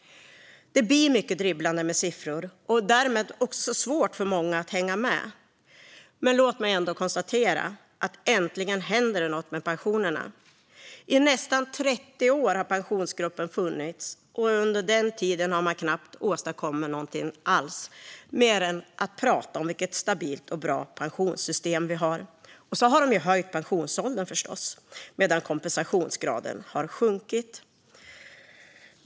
Det blir mycket dribblande med siffror och därmed också svårt för många att hänga med. Men låt mig ändå konstatera att det äntligen händer något med pensionerna. I nästan 30 år har Pensionsgruppen funnits, och under denna tid har man knappt åstadkommit något alls mer än att prata om vilket stabilt och bra pensionssystem vi har. Men de har förstås höjt pensionsåldern - medan kompensationsgraden har sjunkit.